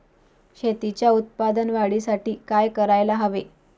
शेतीच्या उत्पादन वाढीसाठी काय करायला हवे?